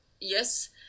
Yes